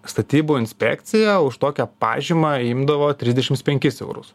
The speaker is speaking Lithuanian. statybų inspekcija už tokią pažymą imdavo trisdešimtmpenkis eurus